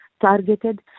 targeted